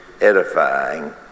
edifying